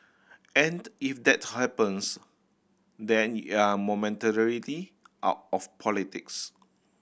and if that happens then you're momentarily out of politics